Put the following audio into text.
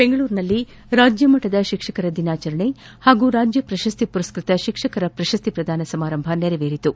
ಬೆಂಗಳೂರಿನಲ್ಲಿ ರಾಜ್ಯ ಮಟ್ಟದ ಶಿಕ್ಷಕರ ದಿನಾಚರಣೆ ಹಾಗೂ ರಾಜ್ಯ ಪ್ರಶಸ್ತಿ ಪುರಸ್ಕ್ವತ ಶಿಕ್ಷಕರ ಪ್ರಶಸ್ತಿ ಪ್ರದಾನ ಸಮಾರಂಭ ನೆರವೇರಿತು